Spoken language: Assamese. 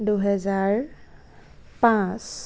দুহেজাৰ পাঁচ